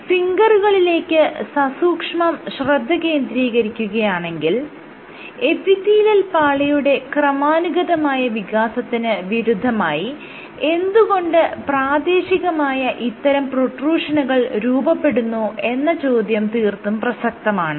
ഫിംഗറുകളിലേക്ക് സസൂക്ഷ്മം ശ്രദ്ധ കേന്ദ്രീകരിക്കുകയാണെങ്കിൽ എപ്പിത്തീലിയൽ പാളിയുടെ ക്രമാനുഗതമായ വികാസത്തിന് വിരുദ്ധമായി എന്തുകൊണ്ട് പ്രാദേശികമായ ഇത്തരം പ്രൊട്രുഷനുകൾ രൂപപ്പെടുന്നു എന്ന ചോദ്യം തീർത്തും പ്രസക്തമാണ്